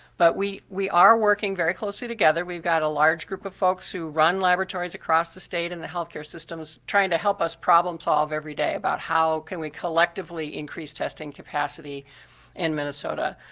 but we we are working very closely together. we've got a large group of folks who run laboratories across the state and the health care systems trying to help us problem-solve every day about how can we collectively increase testing capacity in minnesota.